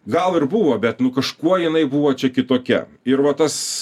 gal ir buvo bet nu kažkuo jinai buvo čia kitokia ir va tas